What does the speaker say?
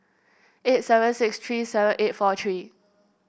eight seven six three seven eight four three